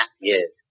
Yes